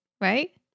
right